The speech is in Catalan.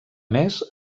més